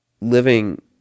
living